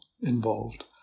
involved